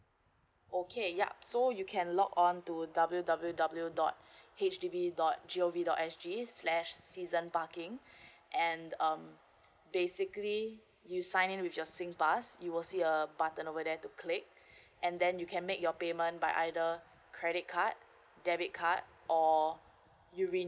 okay yup so you can log on to W W W dot H D B dot G O_V dot S_G slash season parking and um basically you sign in with your singpass you will see a button over there to click and then you can make your payment by either credit card debit card or you